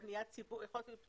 אפשר.